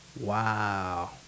wow